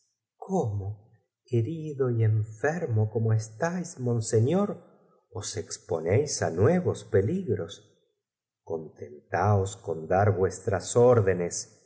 cómo herido y enfermo como estáis lonsei íor os exponéis á nuevos peligrost contentaos con dar vuestras órdenes